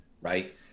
right